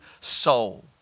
soul